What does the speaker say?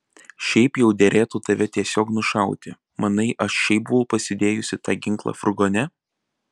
šiaip jau derėtų tave tiesiog nušauti manai aš šiaip buvau pasidėjusi tą ginklą furgone